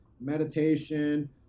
meditation